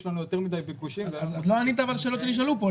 יש לנו יותר מדי ביקושים --- אבל לא ענית לשאלות שנשאלו פה,